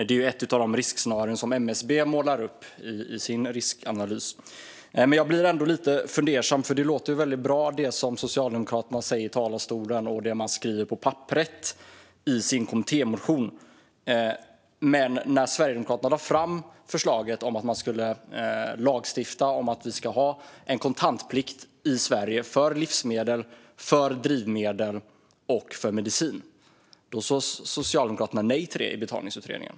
Det är ett av de riskscenarier som MSB målar upp i sin riskanalys. Jag blir ändå lite fundersam. Det som Socialdemokraterna säger i talarstolen och det som de skriver på papperet i sin kommittémotion låter väldigt bra. Men när Sverigedemokraterna lade fram förslaget om att lagstifta om att vi ska ha en kontantplikt i Sverige för livsmedel, drivmedel och mediciner sa Socialdemokraterna nej till det i Betalningsutredningen.